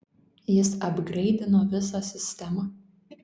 jis apgreidino visą sistemą